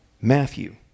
Matthew